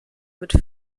mit